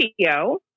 video